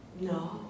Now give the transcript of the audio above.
no